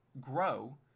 grow